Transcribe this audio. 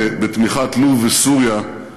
בתמיכת לוב וסוריה,